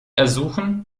ersuchen